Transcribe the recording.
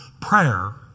Prayer